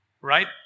right